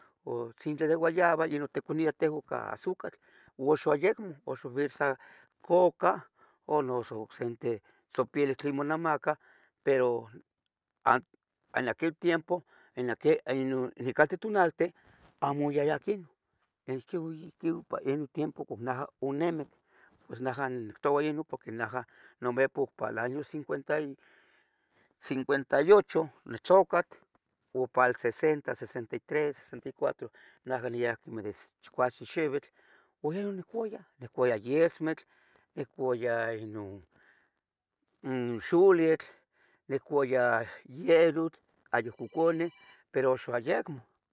o atzintli de gueyava yeh non ticoniah tehuan ica azúcar uan uxan yacmo axan uerza coca o noso ocseteh tzopelic monamaca. En aquel tiempo, necateh tonaltih amo oyayah ihquin, ihquin ipan inon tiempo onemic, pues neja nictoua inoc porque naja ipan in año cincuenta y ocho, onitlucat, Pal sesenta, sesenta y tres, sesenta y cuatro neja quemeh de chicuasen xeuitl oyehua oniccuaya yetzmetl, niccuaya inon xoletl, oniccuaya yelotl, ayuhcoconeh, pero axun yacmo.